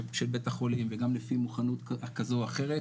בית החולים וגם לפי מוכנות כזו או אחרת,